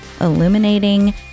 illuminating